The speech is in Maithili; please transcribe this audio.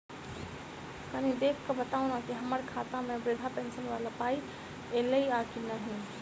कनि देख कऽ बताऊ न की हम्मर खाता मे वृद्धा पेंशन वला पाई ऐलई आ की नहि?